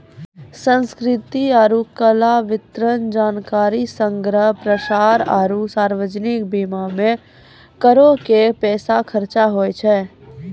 संस्कृति आरु कला, वितरण, जानकारी संग्रह, प्रसार आरु सार्वजनिक बीमा मे करो के पैसा खर्चा होय छै